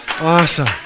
Awesome